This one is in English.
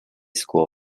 school